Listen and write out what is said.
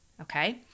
Okay